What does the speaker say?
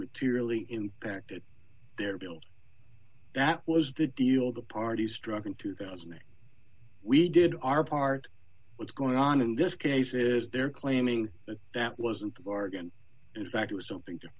materially impacted their build that was the deal the party struck in two thousand we did our part what's going on in this case is they're claiming that that wasn't a bargain in fact it was something